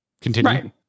Continue